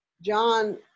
John